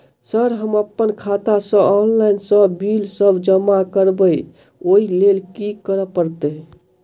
Sir हम अप्पन खाता सऽ ऑनलाइन सऽ बिल सब जमा करबैई ओई लैल की करऽ परतै?